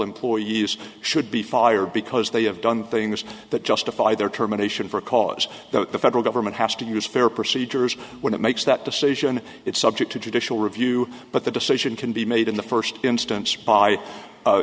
employee use should be fired because they have done things that justify their terminations for a cause that the federal government has to use fair procedures when it makes that decision it's subject to judicial review but the decision can be made in the first instance by